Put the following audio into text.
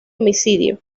homicidio